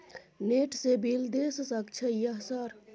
Net से bill देश सक छै यह सर?